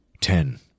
Ten